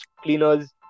cleaners